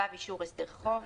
אישור הסדר חוב,